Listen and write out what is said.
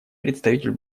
представитель